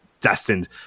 destined